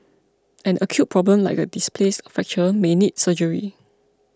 an acute problem like a displaced fracture may need surgery